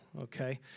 okay